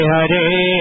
Hare